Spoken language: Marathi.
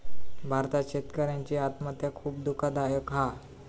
भारतात शेतकऱ्यांची आत्महत्या खुप दुःखदायक हा